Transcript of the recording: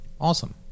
Awesome